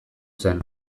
zen